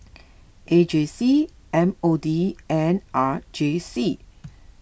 A J C M O D and R J C